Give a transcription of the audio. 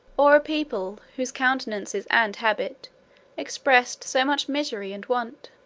or a people whose countenances and habit expressed so much misery and want.